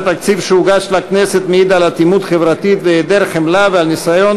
התקציב שהוגש לכנסת המעיד על אטימות חברתית והיעדר חמלה ועל ניסיון